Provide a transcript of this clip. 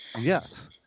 Yes